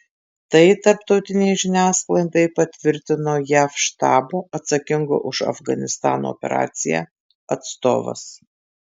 tai tarptautinei žiniasklaidai patvirtino jav štabo atsakingo už afganistano operaciją atstovas